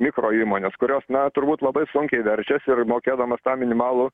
mikro įmonės kurios na turbūt labai sunkiai verčiasi ir mokėdamos tą minimalų